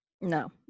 No